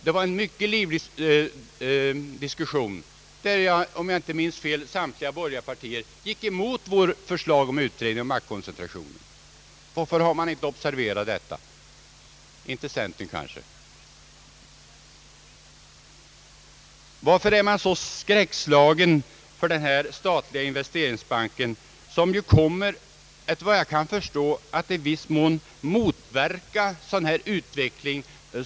Det blev en mycket livlig diskussion, där — om jag inte minns fel — samtliga borgerliga partier gick emot vårt förslag om en utredning av maktkoncentrationen. Varför har man inte observerat denna maktkoncentration — centerpartiet kanske har gjort det? Varför är man så skräckslagen inför denna statliga investeringsbank som ju kommer, efter vad jag kan förstå, att i viss mån motverka en sådan här utveckling?